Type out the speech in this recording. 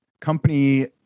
company